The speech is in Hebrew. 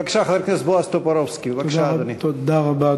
בבקשה, חבר הכנסת בועז טופורובסקי.